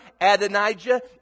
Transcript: Adonijah